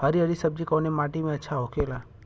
हरी हरी सब्जी कवने माटी में अच्छा होखेला?